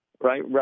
right